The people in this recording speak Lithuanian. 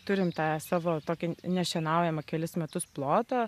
turim tą savo tokį nešienaujamą kelis metus plotą